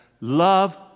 Love